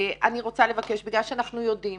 אני רוצה לבקש בגלל שאנחנו יודעים